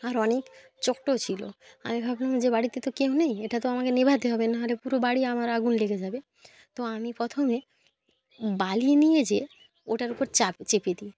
আর অনেক চটও ছিলো আমি ভাবলাম যে বাড়িতে তো কেউ নেই এটা তো আমাকে নেভাতে হবে না হলে পুরো বাড়ি আমার আগুন লেগে যাবে তো আমি প্রথমে বালি নিয়ে যেয়ে ওটার ওপর চাপ চেপে দিই